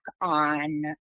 on